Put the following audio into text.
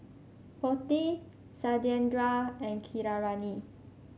Potti Satyendra and Keeravani